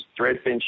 threadfin